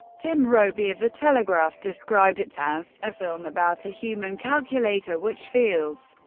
tim robey of the telegraph described it as a film about a human calculator which feels.